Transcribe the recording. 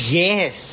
yes